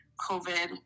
COVID